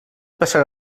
passarà